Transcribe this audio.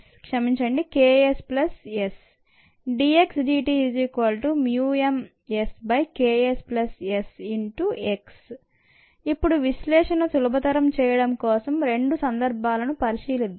క్షమించండి K s plus S dxdtmSKSSx ఇప్పుడు విశ్లేషణను సులభతరం చేయడం కోసం రెండు సందర్భాలను పరిశీలిద్దాం